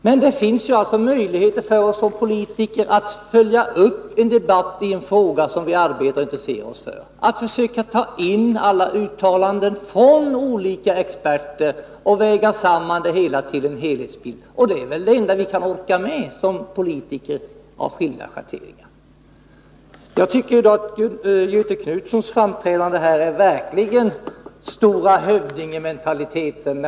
Men det finns möjligheter för oss som politiker att följa upp en debatt i en fråga som vi arbetar med och intresserar oss för. Vi kan försöka ta in alla uttalanden från olika experter och väga samman dem till en helhetsbild. Det är väl det enda vi kan orka med som politiker av skilda schatteringar. Jag tycker att Göthe Knutsons framträdande här verkligen vittnar om en stora-hövdingementalitet.